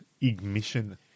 Ignition